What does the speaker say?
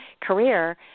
career